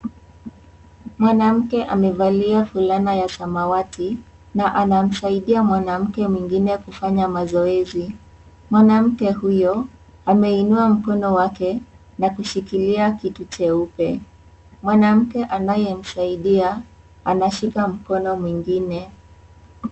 Mwanamke amevalia fulana ya samawati na anamsaidia mwanamke mwengine kufanya mazoezi. Mwanamke huyo ameinua mkono wake na kushikilia kitu cheupe. Mwanamke anayemsaidia anashika mkono mwingine.